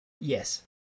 Yes